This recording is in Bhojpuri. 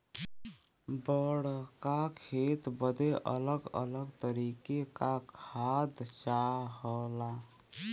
बड़्का खेत बदे अलग अलग तरीके का खाद चाहला